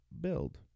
Build